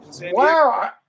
wow